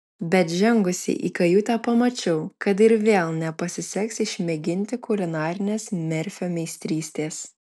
bet žengusi į kajutę pamačiau kad ir vėl nepasiseks išmėginti kulinarinės merfio meistrystės